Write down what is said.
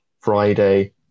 Friday